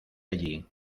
allí